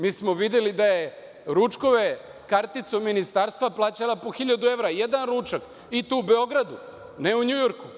Mi smo videli da je ručkove karticom ministarstva plaćala po hiljadu evra jedan ručak i to u Beogradu, a ne u NJujorku.